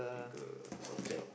pick a subject